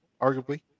arguably